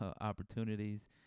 opportunities